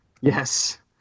Yes